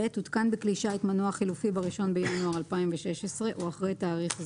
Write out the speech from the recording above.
הותקן בכלי שיט מנוע חלופי ב-1 בינואר 2016 או אחרי תאריך זה,